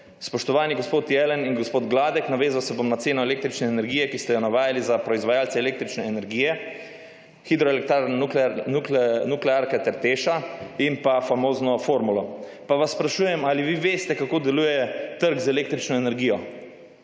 Spoštovani gospod Jelen in gospod Gladek. Navezal se bom na ceno električne energije, ki ste jo navajali za proizvajalce električne energije, hidroelektrarn, na nuklearke ter TEŠ in pa famozno formulo. Pa vas sprašujem, ali vi veste kako deluje trg z električno energijo?